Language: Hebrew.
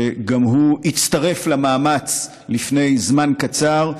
שגם הוא הצטרף למאמץ לפני זמן קצר,